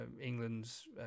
England's